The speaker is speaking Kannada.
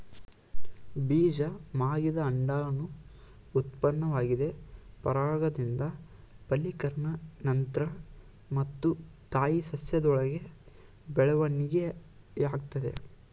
ಬೀಜ ಮಾಗಿದ ಅಂಡಾಣು ಉತ್ಪನ್ನವಾಗಿದೆ ಪರಾಗದಿಂದ ಫಲೀಕರಣ ನಂತ್ರ ಮತ್ತು ತಾಯಿ ಸಸ್ಯದೊಳಗೆ ಬೆಳವಣಿಗೆಯಾಗ್ತದೆ